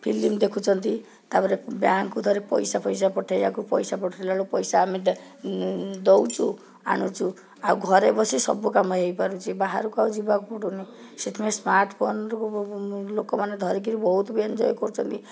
film ଦେଖୁଛନ୍ତି ତା'ପରେ ବ୍ୟାଙ୍କକୁ ଧରି ପଇସା ଫଇସା ପଠାଇବାକୁ ପଇସା ପଠାଇଲାବେଳକୁ ପଇସା ଆମେ ଦେଉଛୁ ଆଣୁଛୁ ଆଉ ଘରେ ବସି ସବୁ କାମ ହେଇପାରୁଛି ବାହାରକୁ ଆଉ ଯିବାକୁ ପଡ଼ୁନି ସେଥିପାଇଁ ସ୍ମାର୍ଟଫୋନ୍ରୁ ଲୋକମାନେ ଧରିକିରି ବହୁତ ବି ଏନଜୟ କରୁଛନ୍ତି